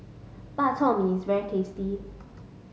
Bak Chor Mee is very tasty